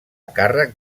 càrrec